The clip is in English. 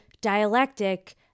dialectic